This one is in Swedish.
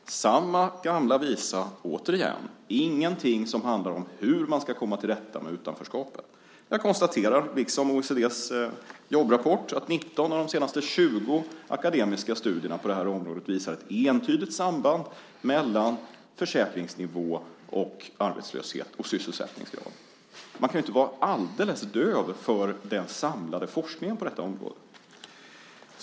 Det är samma gamla visa återigen: Ingenting handlar om hur man ska komma till rätta med utanförskapet. Jag konstaterar, liksom OECD:s jobbrapport, att 19 av de senaste 20 akademiska studierna på det här området visar ett entydigt samband mellan försäkringsnivå och arbetslöshet och sysselsättningsgrad. Man kan inte vara alldeles döv för den samlade forskningen på detta område.